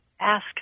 ask